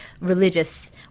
religious